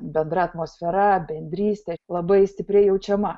bendra atmosfera bendrystė labai stipriai jaučiama